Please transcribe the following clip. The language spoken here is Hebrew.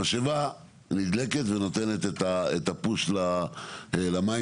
המשאבה נדלקת ונותנת את הפוש למים